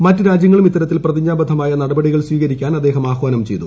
മറ്റ് രാജ്യങ്ങളും ഇത്തരത്തിൽ പ്രതിജ്ഞാബദ്ധമായ നടപടികൾ സ്വീകരിക്കാൻ അദ്ദേഹം ആഹ്വാനം ചെയ്തു